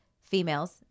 females